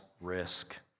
risk